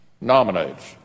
nominates